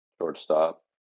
shortstop